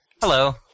Hello